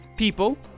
People